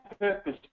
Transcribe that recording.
purpose